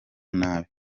nabi